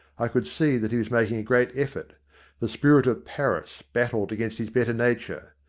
i could see that he was making a great effort. the spirit of paris battled against his better nature.